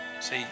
See